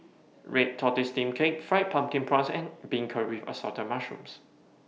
Red Tortoise Steamed Cake Fried Pumpkin Prawns and Beancurd with Assorted Mushrooms